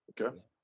Okay